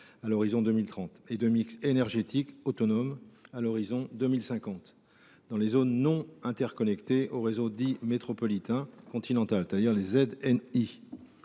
à l’horizon 2030 et de mix énergétique autonome à l’horizon 2050 dans les zones non interconnectées au réseau métropolitain continental, les ZNI.